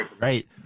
Right